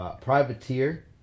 privateer